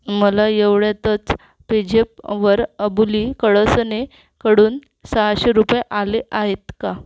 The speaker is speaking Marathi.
मला एवढ्यातच पेझॅप वर अबोली कळसणे कडून सहाशे रुपये आले आहेत का